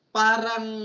parang